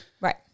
Right